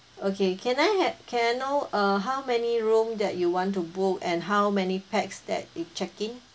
okay can I have can I know uh how many room that you want to book and how many pax that it check-in